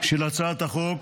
של הצעת החוק,